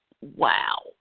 wow